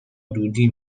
دودی